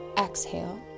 Exhale